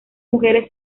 mujeres